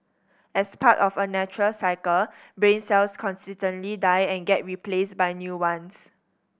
as part of a natural cycle brain cells constantly die and get replaced by new ones